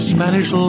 Spanish